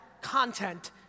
content